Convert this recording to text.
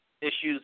issues